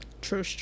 True